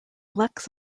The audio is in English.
lex